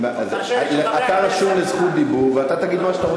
אתה רשום לרשות דיבור ואתה תגיד מה שאתה רוצה.